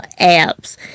apps